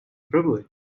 privilege